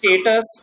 status